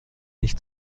nicht